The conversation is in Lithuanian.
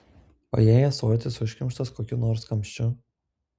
o jei ąsotis užkimštas kokiu nors kamščiu